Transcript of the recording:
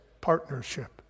partnership